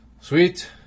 Sweet